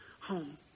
home